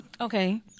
Okay